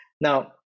Now